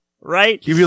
Right